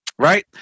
right